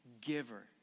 giver